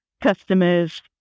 customers